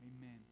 Amen